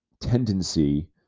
tendency